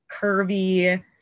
curvy